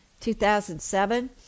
2007